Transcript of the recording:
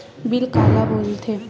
Bill काला बोल थे?